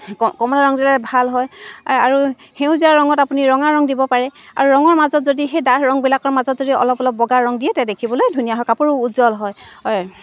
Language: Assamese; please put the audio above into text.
ক কমলা ৰং দিলে ভাল হয় আৰু সেউজীয়া ৰঙত আপুনি ৰঙা ৰং দিব পাৰে আৰু ৰঙৰ মাজত যদি সেই ডাঠ ৰংবিলাকৰ মাজত যদি অলপ অলপ বগা ৰং দিয়ে তে দেখিবলৈ ধুনীয়া হয় কাপোৰো উজ্জ্বল হয়